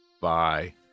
Bye